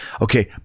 okay